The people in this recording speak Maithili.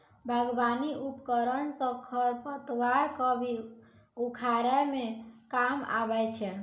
बागबानी उपकरन सँ खरपतवार क भी उखारै म काम आबै छै